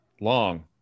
Long